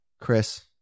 Chris